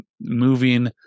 moving